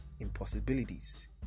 impossibilities